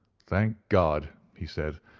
thank god! he said,